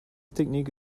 technique